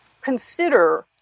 consider